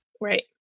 right